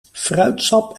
fruitsap